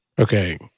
Okay